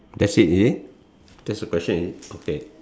that's is it that's the question already okay